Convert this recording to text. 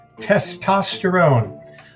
testosterone